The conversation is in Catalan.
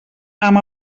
amb